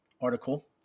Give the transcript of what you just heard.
article